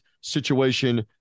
situation